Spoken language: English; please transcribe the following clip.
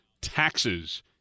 taxes